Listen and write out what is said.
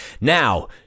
Now